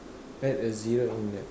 add a zero in there